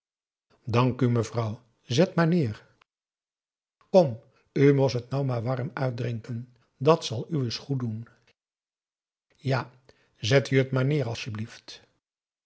dank u mevrouw zet maar neer kom u mos et nou maar warrem uitdrinken dat zal uwes goed doen ja zet u het maar neer asjeblieft